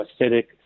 acidic